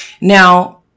Now